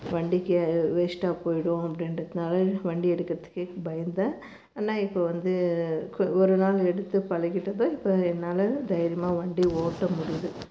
வண்டிக்கு வேஷ்ட்டாக போயிடும் அப்படின்றதுனால வண்டி எடுக்கறத்துக்கே பயந்தேன் ஆனால் இப்போ வந்து கு ஒரு நாள் எடுத்து பழகிட்டது இப்போ என்னால் தைரியமாக வண்டி ஓட்ட முடியுது